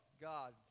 God